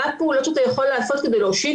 מה הפעולות שאתה יכול לעשות כדי להושיט